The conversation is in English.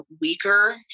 weaker